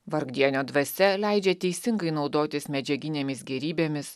vargdienio dvasia leidžia teisingai naudotis medžiaginėmis gėrybėmis